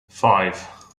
five